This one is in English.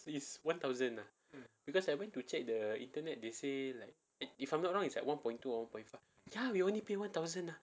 is one thousand ah because I went to check the internet they say like if I'm not wrong is like one point two or one point five ya we only pay one thousand ah